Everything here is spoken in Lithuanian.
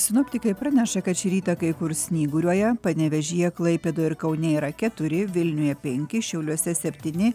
sinoptikai praneša kad šį rytą kai kur snyguriuoja panevėžyje klaipėdoje ir kaune yra keturi vilniuje penki šiauliuose septyni